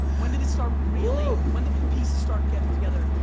when did it start really, when do pieces start getting together?